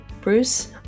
Bruce